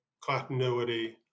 continuity